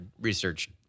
research